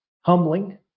humbling